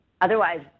Otherwise